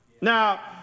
Now